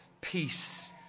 peace